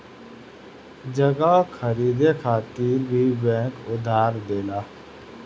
जगह खरीदे खातिर भी बैंक उधार देला